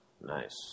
Nice